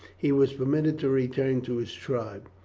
he was permitted to return to his tribe.